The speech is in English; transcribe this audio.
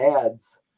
ads